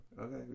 Okay